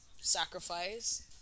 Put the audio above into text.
sacrifice